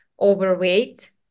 overweight